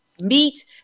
meat